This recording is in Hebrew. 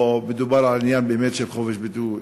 או שמדובר באמת על עניין של חופש ביטוי,